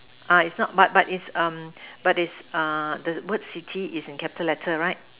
uh is not but but is um but is err the words city is in capital letter right